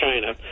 China